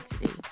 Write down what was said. today